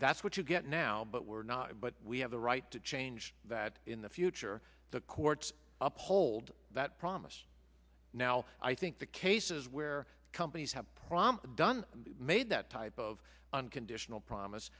that's what you get now but we're not but we have the right to change that in the future the courts uphold that promise now i think the cases where companies have prom done made that type of unconditional promise